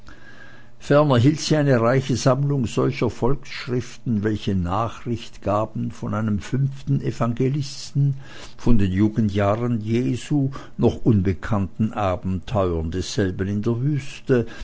hielt sie eine reiche sammlung solcher volksschriften welche nachricht gaben von einem fünften evangelisten von den jugendjahren jesu noch unbekannten abenteuern desselben in der wüste